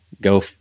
go